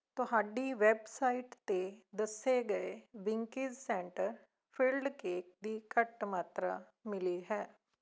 ਤੁਹਾਡੀ ਵੈਬਸਾਈਟ 'ਤੇ ਦੱਸੇ ਗਏ ਵਿੰਕੀਜ਼ ਸੈਂਟਰ ਫਿਲਡ ਕੇਕ ਦੀ ਘੱਟ ਮਾਤਰਾ ਮਿਲੀ ਹੈ